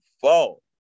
fall